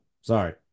Sorry